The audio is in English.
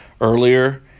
earlier